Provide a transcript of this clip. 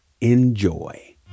Enjoy